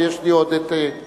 ויש לי עוד היום,